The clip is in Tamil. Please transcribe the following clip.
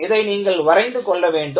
இதை நீங்கள் வரைந்து கொள்ள வேண்டும்